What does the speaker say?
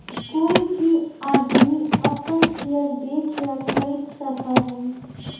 कोई भी आदमी अपन शेयर बेच या खरीद सका हई